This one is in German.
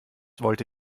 wollte